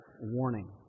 warning